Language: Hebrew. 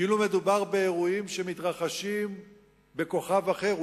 כאילו מדובר באירועים שמתרחשים בכוכב אחר,